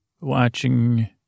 Watching